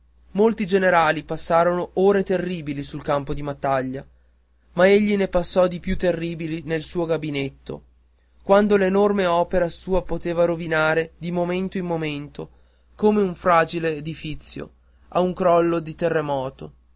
molti generali passarono ore terribili sul campo di battaglia ma egli ne passò di più terribili nel suo gabinetto quando l'enorme opera sua poteva rovinare di momento in momento come un fragile edifizio a un crollo di terremoto